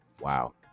Wow